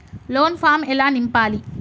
Loan form ఎలా నింపాలి?